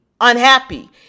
unhappy